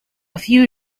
few